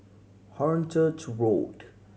Hornchurch Road